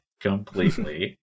Completely